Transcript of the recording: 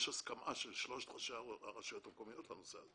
יש הסכמה של שלושה ראשי הרשויות המקומיות בנושא הזה